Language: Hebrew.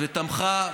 תמכה,